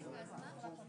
בפסקה (1)